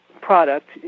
product